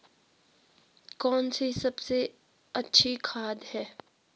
कौन सी सबसे अच्छी खाद है?